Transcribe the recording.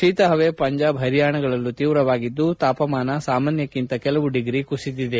ಶೀತ ಹವೆ ಪಂಜಾಬ್ ಹರಿಯಾಣಗಳಲ್ಲೂ ತೀವ್ರವಾಗಿದ್ಲು ತಾಪಮಾನ ಸಾಮಾನ್ಸಕ್ಕಿಂತ ಕೆಲವು ಡಿಗ್ರಿ ಕುಸಿದಿದೆ